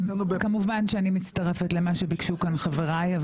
כמובן שאני מצטרפת למה שביקשו כאן חברי.